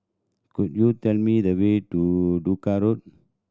could you tell me the way to Duku Road